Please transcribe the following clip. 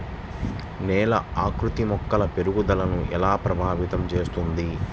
నేల ఆకృతి మొక్కల పెరుగుదలను ఎలా ప్రభావితం చేస్తుంది?